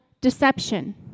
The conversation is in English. deception